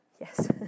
Yes